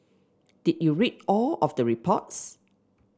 did you read all of the reports